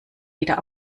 wieder